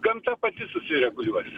gamta pati susireguliuos